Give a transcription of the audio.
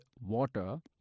water